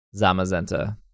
Zamazenta